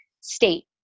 state